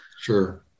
Sure